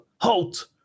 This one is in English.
halt